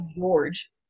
George